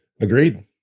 Agreed